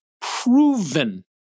proven